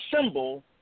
symbol